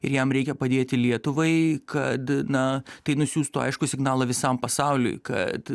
ir jam reikia padėti lietuvai kad na tai nusiųstų aiškų signalą visam pasauliui kad